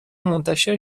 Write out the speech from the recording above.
منتشر